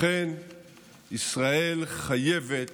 לכן ישראל חייבת